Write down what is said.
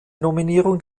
nominierung